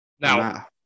Now